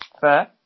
fair